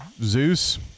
Zeus